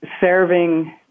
serving